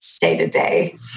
day-to-day